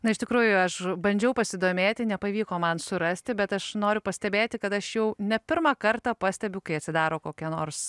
na iš tikrųjų aš bandžiau pasidomėti nepavyko man surasti bet aš noriu pastebėti kad aš jau ne pirmą kartą pastebiu kai atsidaro kokia nors